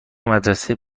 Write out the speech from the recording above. مدرسه